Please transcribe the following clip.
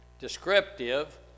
descriptive